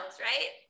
right